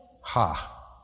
Ha